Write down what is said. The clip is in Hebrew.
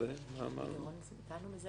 בזה